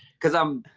because i'm,